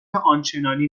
آنچنانی